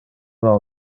non